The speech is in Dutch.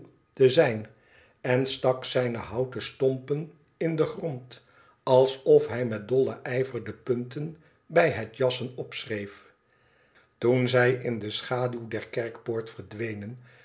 te zijn en stak zijne houten stompen in den grond alsof hij met dollen ijver de punten bij het jassen opschreef toen zij in de schaduw der kerkpoort verdwenen